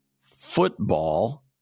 football